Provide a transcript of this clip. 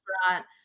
Restaurant